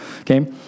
Okay